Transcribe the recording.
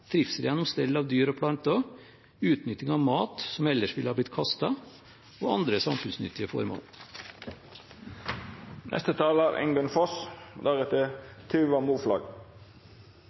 gjennom stell av dyr og planter, utnytting av mat som ellers ville ha blitt kastet, og andre samfunnsnyttige formål.